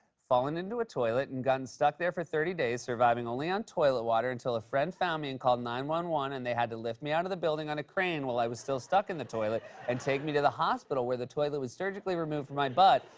fallen into a toilet and gotten stuck there for thirty days, surviving only on toilet water until a friend found me and called nine one one and they had to lift me out of the building on a crane while i was still stuck in the toilet and take me to the hospital, where the toilet was surgically removed from my butt.